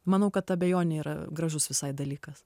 manau kad abejonė yra gražus visai dalykas